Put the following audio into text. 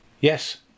Yes